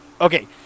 okay